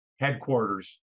headquarters